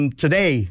today